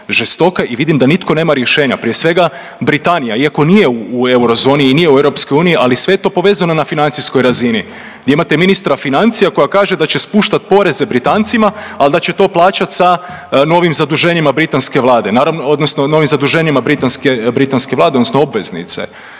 žestoka i vidim da nitko nema rješenja, prije svega Britanija iako nije u eurozoni i nije u EU, ali sve je to povezano na financijskoj razini gdje imate ministra financija koja kaže da će spuštat poreze Britancima, al da će to plaćat sa novim zaduženjima britanske vlade odnosno novim